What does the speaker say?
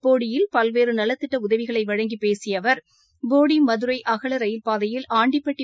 போடியில் பல்வேறு நலத்திட்ட உதவிகளை வழங்கி பேசிய அவர் போடி மதுரை அகல ரயில் பாதையில் ஆண்டிப்பட்டி